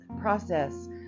process